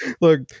Look